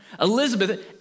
elizabeth